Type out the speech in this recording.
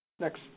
next